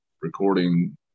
recording